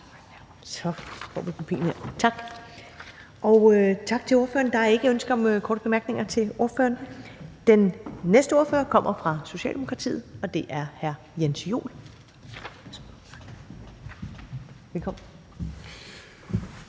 forhandlinger. Der er ikke ønske om korte bemærkninger til ordføreren. Den næste ordfører kommer fra Socialdemokratiet, og det er hr. Jens Joel. Velkommen.